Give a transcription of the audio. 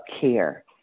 care